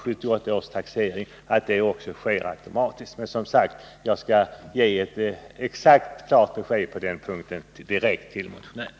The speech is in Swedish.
Jag skall senare ge ett exakt besked på den punkten direkt till motionären.